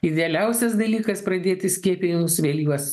idealiausias dalykas pradėti skiepijimus vėlyvas